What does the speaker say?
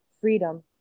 freedom